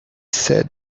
said